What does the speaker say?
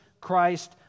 Christ